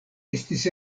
estis